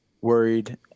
worried